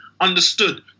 understood